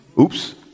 Oops